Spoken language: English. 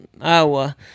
Iowa